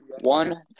One